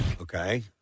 Okay